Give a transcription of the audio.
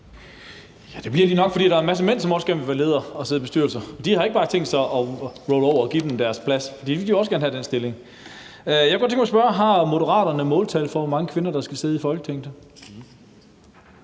det har de nok, fordi der er en masse mænd, som også gerne vil være ledere og sidde i bestyrelser, og de har ikke bare tænkt sig at roll over og give dem deres plads, for de vil jo også gerne have den stilling. Jeg kunne godt tænke mig at spørge: Har Moderaterne et måltal for, hvor mange kvinder der skal sidde i Folketinget?